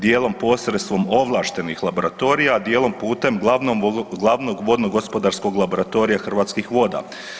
Dijelom posredstvom ovlaštenih laboratorija, a dijelom putem glavnog vodnogospodarskog laboratorija Hrvatskih voda.